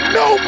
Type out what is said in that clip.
no